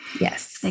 Yes